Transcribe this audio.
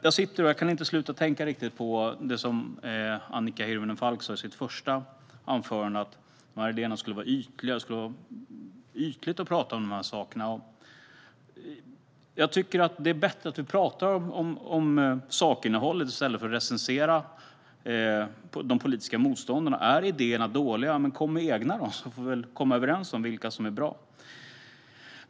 Jag kan inte riktigt sluta tänka på det som Annika Hirvonen Falk sa i sitt första anförande: att dessa idéer skulle vara ytliga och att det skulle vara ytligt att prata om de här sakerna. Jag tycker att det är bättre att vi pratar om sakinnehållet än att vi recenserar de politiska motståndarna. Kom med egna idéer om idéerna är dåliga! Sedan får vi väl komma överens om vilka som är bra.